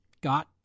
got